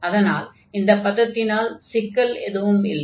அதனால் இந்த பதத்தினால் சிக்கல் எதுவும் இல்லை